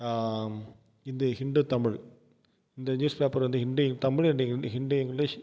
ஹிந்து ஹிண்டு தமிழ் இந்த news paper வந்து Hindi Tamil and ஹிந் ஹிண்டு இங்கிலிஷ்